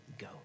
go